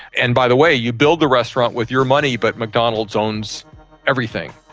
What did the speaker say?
and by the way you build the restaurant with your money but mcdonald's owns everything.